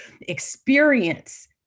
experience